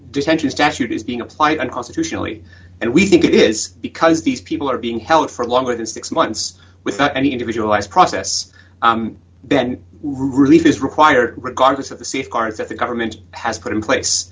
detention statute is being applied and constitutionally and we think it is because these people are being held for longer than six months without any individualized process then relief is required regardless of the safeguards that the government has put in place